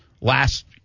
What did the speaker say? last